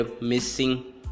missing